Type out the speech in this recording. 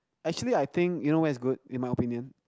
actually I think you know what is good in my opinion